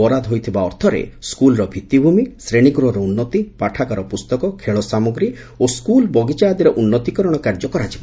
ବରାଦ ହୋଇଥିବା ଅର୍ଥରେ ସ୍କୁଲ୍ର ଭିଉିଭ୍ମି ଶ୍ରେଣୀଗୃହର ଉନ୍ନତି ପାଠାଗାର ପୁସ୍ତକ ଖେଳ ସାମଗ୍ରୀ ଓ ସ୍କୁଲ୍ ବଗିଚା ଆଦିର ଉନ୍ଦୁତିକରଣ କାର୍ଯ୍ୟ କରାଯିବ